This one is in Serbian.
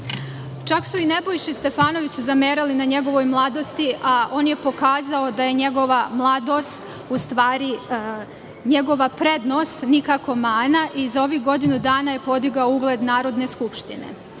su i Nebojši Stefanoviću zamerali na njegovoj mladosti, a on je pokazao da je njegova mladost u stvari njegova prednost, a nikako mana i za ovih godinu dana je podigao ugled Narodne skupštine. Kao